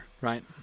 right